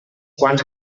quants